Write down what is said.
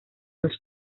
los